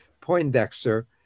Poindexter